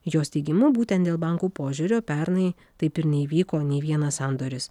jos teigimu būtent dėl bankų požiūrio pernai taip ir neįvyko nė vienas sandoris